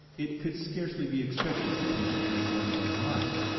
it could scarcely be expected that he should make one more modest,